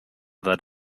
that